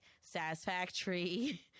satisfactory